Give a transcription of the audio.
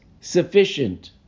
sufficient